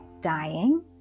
dying